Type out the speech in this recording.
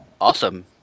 Awesome